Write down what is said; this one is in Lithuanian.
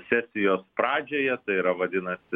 sesijos pradžioje tai yra vadinasi